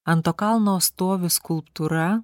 ant to kalno stovi skulptūra